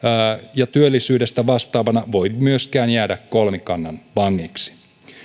ja työllisyydestä vastaavana voi myöskään jäädä kolmikannan vangiksi